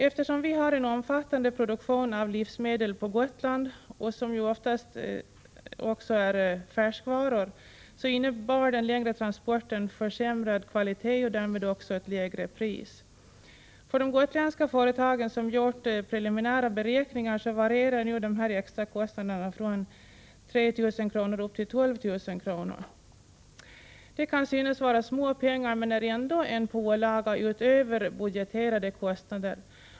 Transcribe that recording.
Eftersom vi har en omfattande produktion av livsmedel på Gotland, som ju oftast är färskvaror, innebar den längre transporten en försämrad kvalitet och därmed också ett lägre pris. För de gotländska företag som gjort preliminära beräkningar varierar dessa extra kostnader från ca 3 000 kr. till 12 000 kr. Det kan synas vara små pengar, men det är ändå en pålaga utöver budgeterade kostnader.